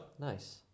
nice